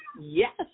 Yes